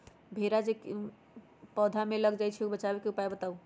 भेरा जे पौधा में लग जाइछई ओ से बचाबे के उपाय बताऊँ?